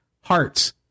hearts